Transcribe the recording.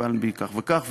ואלנבי כך וכך,